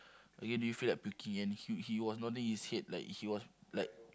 again do you feel like puking and he he was nodding his head like he was like